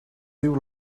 diu